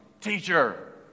teacher